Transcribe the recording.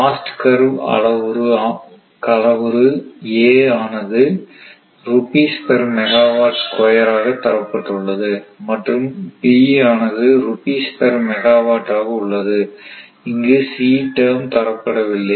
cost curve அளவுரு a ஆனது rupees per megawatt square ஆக தரப்பட்டுள்ளது மற்றும் b ஆனது ருபீஸ் பெர் மெகாவாட் ஆக உள்ளது இங்கு c டேர்ம் தரப்படவில்லை